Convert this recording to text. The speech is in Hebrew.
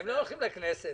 הם לא הולכים לכנסת.